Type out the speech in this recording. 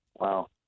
Wow